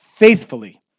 faithfully